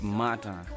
matter